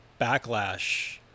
backlash